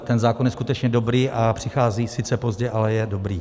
Ten zákon je skutečně dobrý, přichází sice pozdě, ale je dobrý.